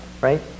right